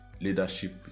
Leadership